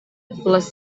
les